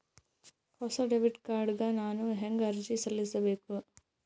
ಹೊಸ debit card ಗ ನಾನು ಹೆಂಗ ಅರ್ಜಿ ಸಲ್ಲಿಸಬೇಕು?